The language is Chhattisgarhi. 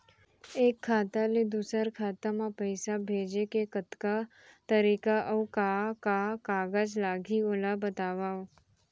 एक खाता ले दूसर खाता मा पइसा भेजे के कतका तरीका अऊ का का कागज लागही ओला बतावव?